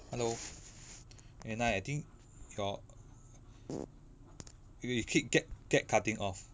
hello eh nai I think your you k~ get get cutting off